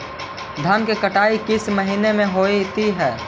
धान की कटनी किस महीने में होती है?